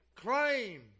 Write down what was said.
claim